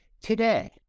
Today